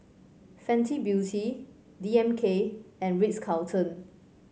Fenty Beauty D M K and Ritz Carlton